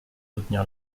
soutenir